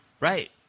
Right